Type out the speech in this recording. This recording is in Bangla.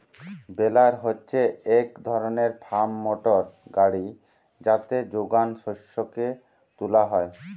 বেলার হচ্ছে এক ধরণের ফার্ম মোটর গাড়ি যাতে যোগান শস্যকে তুলা হয়